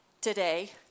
today